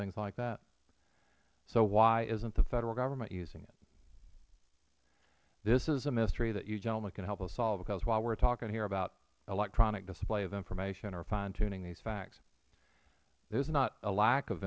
things like that so why isnt the federal government using it this is a mystery that you gentlemen can help us solve because while we are talking here about electronic display of information or fine tuning these facts there is not a lack of